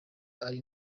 ari